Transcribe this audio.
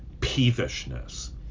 peevishness